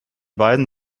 beiden